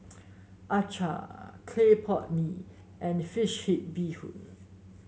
acar Clay Pot Mee and fish head Bee Hoon